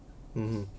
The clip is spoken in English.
mmhmm